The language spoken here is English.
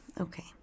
okay